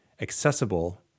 accessible